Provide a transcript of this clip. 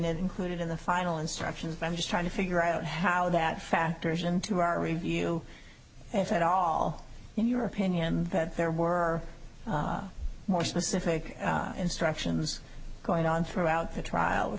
it included in the final instructions and i'm just trying to figure out how that factors into our review if at all in your opinion that there were more specific instructions going on throughout the trial with